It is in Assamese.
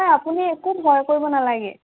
অঁ আপুনি একো ভয় কৰিব নালাগে